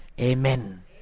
Amen